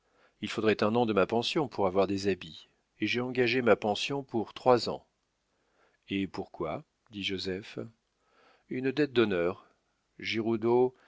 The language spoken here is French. il faudrait un an de ma pension pour avoir des habits et j'ai engagé ma pension pour trois ans et pourquoi dit joseph une dette d'honneur giroudeau